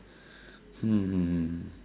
hmm